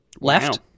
left